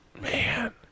man